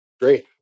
Great